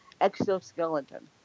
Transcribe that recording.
Exoskeleton